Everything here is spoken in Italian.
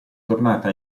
tornata